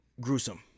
gruesome